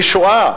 ישועה,